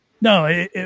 no